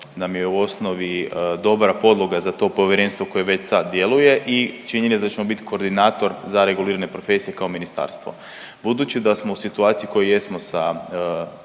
nam je u osnovi dobra podloga za to povjerenstvo koje već sad djeluje i činjenica da ćemo biti koordinator za regulirane profesije kao ministarstvo. Budući da smo u situaciji u kojoj jesmo sa